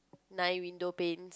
nine window pane